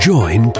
Join